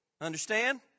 Understand